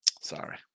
Sorry